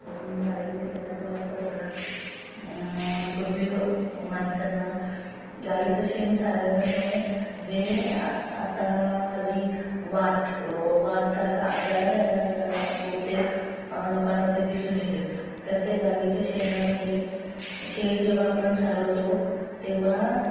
गाईच्या शेणाचा वापर हा पूर्वी माणसांना गाईचं शेण सारवल्यामुळे जे आत् आत्ता हल्ली वात वात सारखा आजार स बहुतेक लोकांमध्ये दिसून येते तर ते गाईच्या शेणामध्ये शेण जेव्हा आपण सारवतो तेव्हा